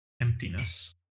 emptiness